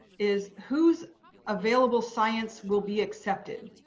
is who's available science will be accepted.